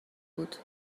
بود